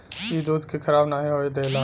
ई दूध के खराब नाही होए देला